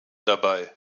dabei